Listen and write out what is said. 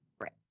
Right